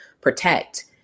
protect